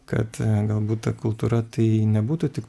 kad galbūt ta kultūra tai nebūtų tik